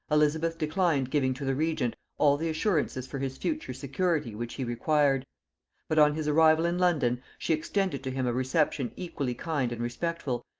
elizabeth declined giving to the regent all the assurances for his future security which he required but on his arrival in london she extended to him a reception equally kind and respectful,